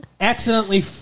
accidentally